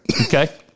Okay